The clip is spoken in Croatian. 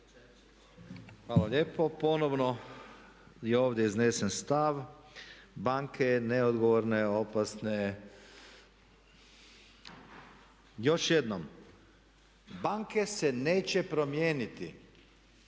Hvala lijepo. Ponovno je ovdje iznesen stav, banke neodgovorne, opasne. Još jednom, banke se neće promijeniti.